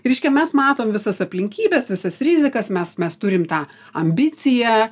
reiškia mes matom visas aplinkybes visas rizikas mes mes turim tą ambiciją